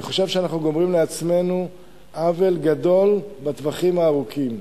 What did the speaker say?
אני חושב שאנחנו גורמים לעצמנו עוול גדול בטווחים הארוכים.